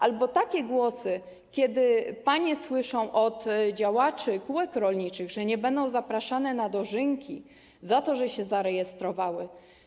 Albo takie głosy, które panie słyszą od działaczy kółek rolniczych, że nie będą zapraszane na dożynki za to, że się zarejestrowały.